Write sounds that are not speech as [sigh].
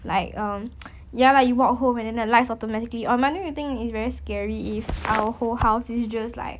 like um [noise] ya lah you walk home and the lights automatically on but don't you think it's very scary if our whole house is just like